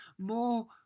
more